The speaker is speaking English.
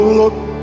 look